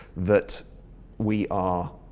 that we are.